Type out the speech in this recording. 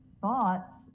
thoughts